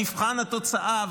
במבחן התוצאה,